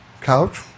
couch